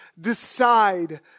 decide